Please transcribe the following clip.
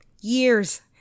years